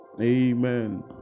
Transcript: Amen